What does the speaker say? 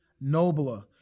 nobler